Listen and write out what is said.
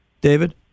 david